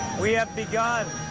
we have begun